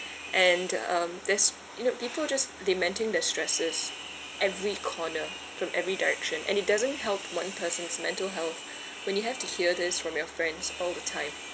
and um there's you know people just lamenting their stresses every corner from every direction and it doesn't help one person's mental health when you have to hear this from your friends all the time